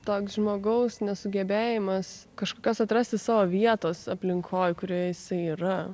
toks žmogaus nesugebėjimas kažkokios atrasti savo vietos aplinkoj kurioj jisai yra